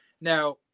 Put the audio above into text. Now